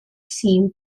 seen